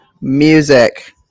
music